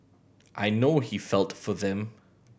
I know he felt for them